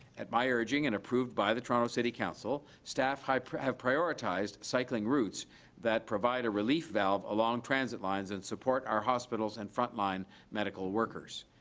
at my urging and approved by the toronto city council, staff have prioritized cycling routes that provide a relief valve along transit lines and support our hospitals and frontline medical workers.